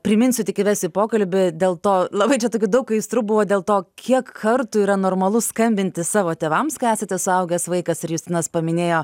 priminsiu tik įvesiu į pokalbį dėl to labai čia tokių daug aistrų buvo dėl to kiek kartų yra normalu skambinti savo tėvams kai esate suaugęs vaikas ir justinas paminėjo